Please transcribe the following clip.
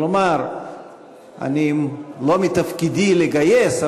כלומר לא מתפקידי לגייס,